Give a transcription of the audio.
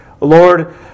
Lord